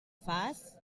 fas